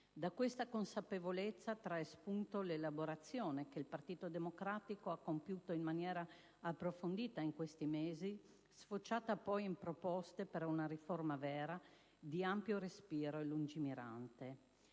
Da questa consapevolezza trae spunto l'elaborazione che il PD ha compiuto in maniera approfondita in questi mesi, sfociata poi in proposte per una riforma vera, di ampio respiro e lungimirante.